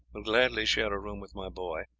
will gladly share a room with my boy.